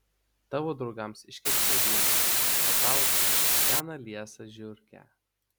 tavo draugams iškepsiu avienos o tau seną liesą žiurkę